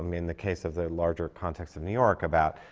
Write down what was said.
um in the case of the larger context of new york, about,